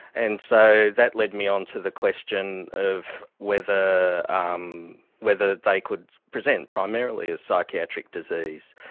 and so that led me on to the question of whether um whether they could present primarily as psychiatric disease.